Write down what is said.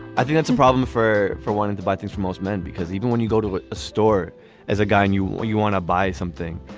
i think it's a problem for for wanting to buy things for most men, because even when you go to a store as a guy and you you want to buy something.